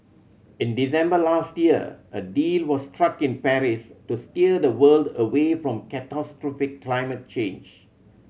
in December last year a deal was struck in Paris to steer the world away from catastrophic climate change